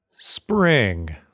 Spring